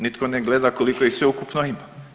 Nitko ne gleda koliko ih sveukupno ima.